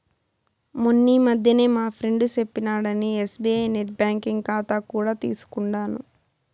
మొన్నీ మధ్యనే మా ఫ్రెండు సెప్పినాడని ఎస్బీఐ నెట్ బ్యాంకింగ్ కాతా కూడా తీసుకుండాను